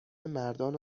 مردان